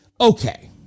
okay